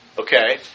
okay